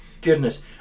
Goodness